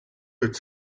its